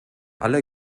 alle